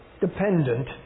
dependent